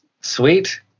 sweet